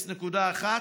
0.1%,